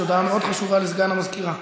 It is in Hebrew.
יש הודעה מאוד חשובה לסגן המזכירה.